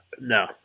No